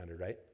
right